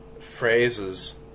phrases